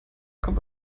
kommt